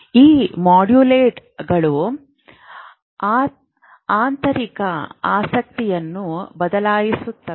ಈ ಮಾಡ್ಯುಲೇಟರ್ಗಳು ಆಂತರಿಕ ಆಸ್ತಿಯನ್ನು ಬದಲಾಯಿಸುತ್ತವೆ